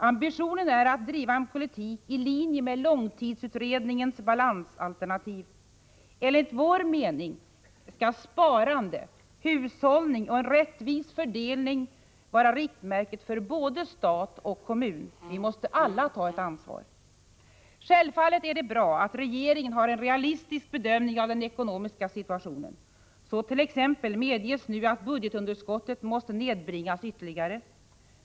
Ambitionen är att driva en politik i linje med långtidsutredningens balansalternativ. Enligt vår mening skall sparande, hushållning och en rättvis fördelning vara riktmärket för både stat och kommun. Vi måste alla ta ett ansvar. Självfallet är det bra att regeringen har en realistisk bedömning av den ekonomiska situationen. Så t.ex. medges nu att budgetunderskottet måste nedbringas ytterligare.